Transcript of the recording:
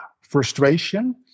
frustration